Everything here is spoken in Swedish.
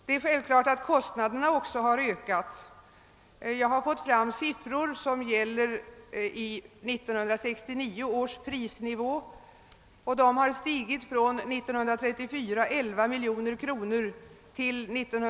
Det är självklart att kostnaderna också har ökat. Jag har siffror för kostnaderna anpassade till 1969 års prisnivå.